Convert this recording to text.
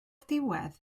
diwedd